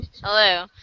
Hello